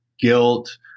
guilt